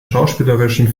schauspielerischen